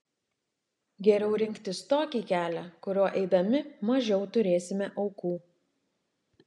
geriau rinktis tokį kelią kuriuo eidami mažiau turėsime aukų